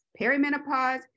perimenopause